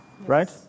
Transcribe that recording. Right